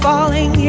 Falling